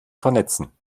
vernetzen